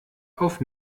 auf